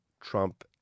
Trump